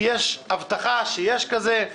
יש הבטחה שיש כזה,